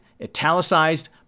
italicized